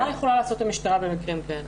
השאלה מה המשטרה יכולה לעשות במקרים כאלה.